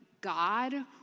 God